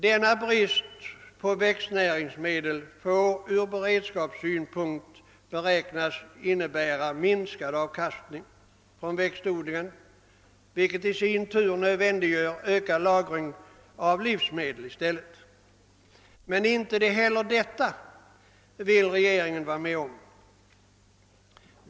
Denna brist på växtnäringsmedel får ur beredskapssynpunkt beräknas innebära minskad avkastning från växtodlingen, vilket i sin tur nödvändiggör ökad lagring av livsmedel. Men inte heller detta vill regeringen vara med om.